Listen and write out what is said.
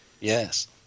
Yes